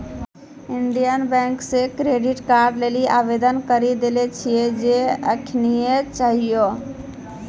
Indian bank से credit card लेली आवेदन करी देले छिए जे एखनीये चाहियो